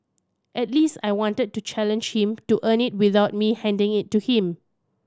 at least I wanted to challenge him to earn it without me handing it to him